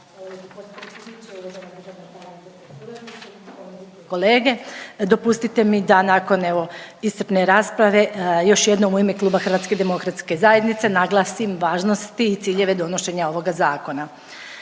kolege, dopustite mi da nakon evo iscrpne rasprave još jednom u ime kluba HDZ-a naglasim važnosti i ciljeve donošenja ovoga zakona.